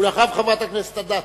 ואחריו, חברת הכנסת אדטו.